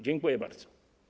Dziękuję bardzo.